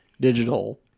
digital